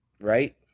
Right